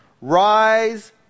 Rise